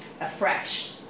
afresh